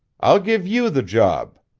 i'll give you the job.